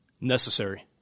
Necessary